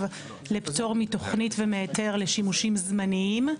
לפטור מתוכנית ומהיתר לשימושים זמניים.